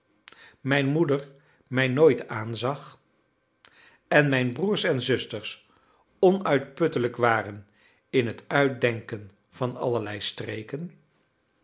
mijn moeder mij nooit aanzag en mijn broers en zusters onuitputtelijk waren in het uitdenken van allerlei streken